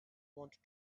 wanted